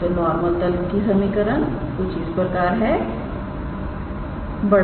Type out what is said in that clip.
तो नॉर्मल तल की समीकरण कुछ इस प्रकार है 𝑅⃗ −